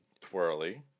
Twirly